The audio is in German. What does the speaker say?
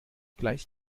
gleich